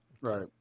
Right